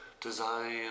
design